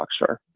Rockstar